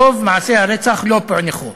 רוב מעשי הרצח לא פוענחו.